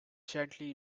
gently